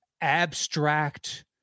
abstract